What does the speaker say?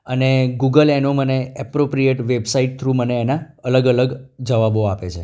અને ગૂગલ એનો મને એપ્રોપ્રીએટ વેબસાઇટ થ્રુ મને એના અલગ અલગ જવાબો આપે છે